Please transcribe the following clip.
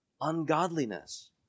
ungodliness